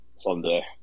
someday